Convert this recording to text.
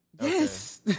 Yes